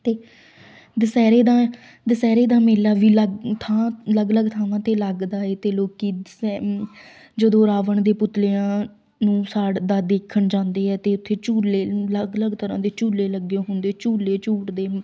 ਅਤੇ ਦੁਸ਼ਹਿਰੇ ਦਾ ਦੁਸ਼ਹਿਰੇ ਦਾ ਮੇਲਾ ਵੀ ਅਲੱਗ ਥਾਂ ਅਲੱਗ ਅਲੱਗ ਥਾਵਾਂ 'ਤੇ ਲੱਗਦਾ ਏ ਅਤੇ ਲੋਕੀਂ ਦੁਸਹਿ ਜਦੋਂ ਰਾਵਣ ਦੇ ਪੁਤਲਿਆਂ ਨੂੰ ਸਾੜਦਾ ਦੇਖਣ ਜਾਂਦੀ ਹੈ ਅਤੇ ਉੱਥੇ ਝੂਲੇ ਅਲੱਗ ਅਲੱਗ ਤਰ੍ਹਾਂ ਦੇ ਝੂਲੇ ਲੱਗੇ ਹੁੰਦੇ ਝੂਲੇ ਝੂਟਦੇ